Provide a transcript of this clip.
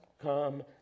come